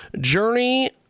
journey